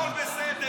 הכול בסדר.